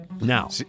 Now